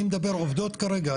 אני מדבר עובדות כרגע,